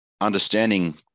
understanding